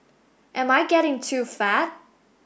am I getting too fat